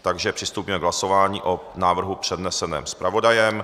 Takže přistoupíme k hlasování o návrhu předneseném zpravodajem.